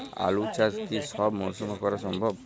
আলু চাষ কি সব মরশুমে করা সম্ভব?